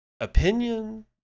opinion